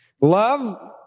Love